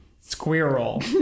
Squirrel